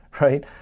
Right